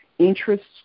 Interests